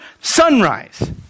sunrise